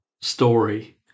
story